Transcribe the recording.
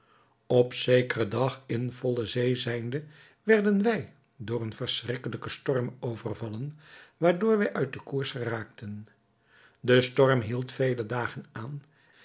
op zekeren dag in volle zee zijnde werden wij door een verschrikkelijken storm overvallen waardoor wij uit den koers geraakten de storm hield vele dagen aan